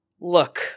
Look